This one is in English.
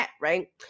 right